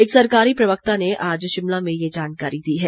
एक सरकारी प्रवक्ता ने आज शिमला में ये जानकारी दी है